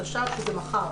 התש"ף (שזה מחר